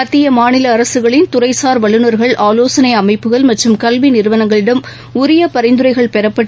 மத்திய மாநில அரசுகளின் துறைசார் வல்லுநர்கள் ஆவோசனை அமைப்புகள் மற்றும் கல்வி நிறுவனங்களிடம் உரிய பரிந்துரைகள் பெறப்பட்டு